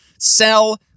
sell